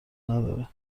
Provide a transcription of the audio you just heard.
نداره